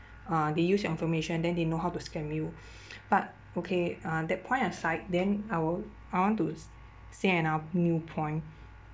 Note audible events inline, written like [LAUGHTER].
uh they use your information then they know how to scam you [BREATH] but okay uh that point aside then I will I want those s~ say another new point